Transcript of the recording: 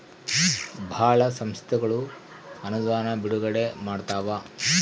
ಭಾಳ ಸಂಸ್ಥೆಗಳು ಅನುದಾನ ಬಿಡುಗಡೆ ಮಾಡ್ತವ